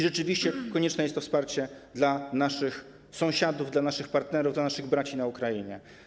Rzeczywiście konieczne jest wsparcie dla naszych sąsiadów, dla naszych partnerów, dla naszych braci na Ukrainie.